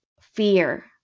fear